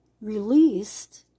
released